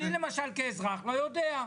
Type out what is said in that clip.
אני למשל כאזרח לא יודע.